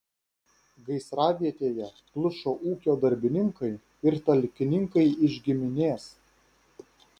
gaisravietėje plušo ūkio darbininkai ir talkininkai iš giminės